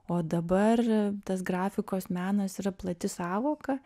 o dabar tas grafikos menas yra plati sąvoka